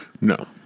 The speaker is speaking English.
No